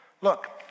Look